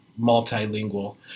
multilingual